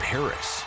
Paris